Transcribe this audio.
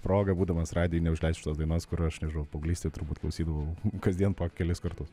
proga būdamas radijuj neužleist šitos dainos kur aš nežinau paauglystėj turbūt klausydavau kasdien po kelis kartus